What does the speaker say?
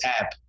app